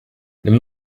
nimm